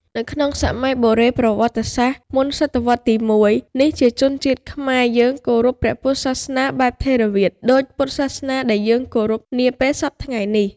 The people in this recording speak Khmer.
នៅក្នុងសម័យបុរេប្រវត្តិសាស្ត្រ មុនសតវត្សទី ១ នេះជនជាតិខ្មែរយើងគោរពព្រះពុទ្ធសាសនាបែបថេរវាទដូចពុទ្ធសាសនាដែលយើងគោរពនាពេលសព្វថ្ងៃនេះ ។